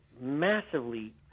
massively